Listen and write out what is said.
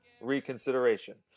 reconsideration